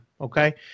Okay